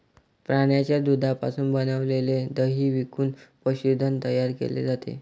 प्राण्यांच्या दुधापासून बनविलेले दही विकून पशुधन तयार केले जाते